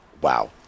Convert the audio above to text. Wow